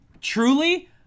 truly